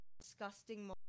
disgusting